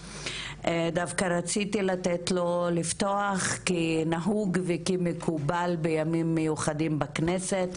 ודווקא רציתי לתת לו לפתוח כי ככה נהוג בימים מיוחדים בכנסת